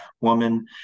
woman